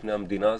כפני המדינה הזאת.